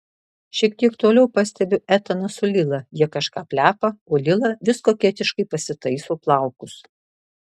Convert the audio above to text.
šiek tiek toliau pastebiu etaną su lila jie kažką plepa o lila vis koketiškai pasitaiso plaukus